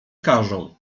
każą